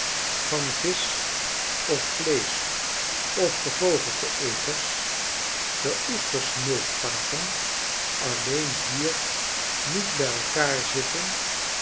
van visch of vleesch of gevogelteeters de oesters smulpapen alleen hier niet by elkaar zitten